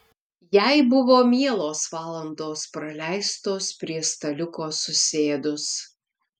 jai buvo mielos valandos praleistos prie staliuko susėdus